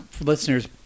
listeners